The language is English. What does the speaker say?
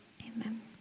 Amen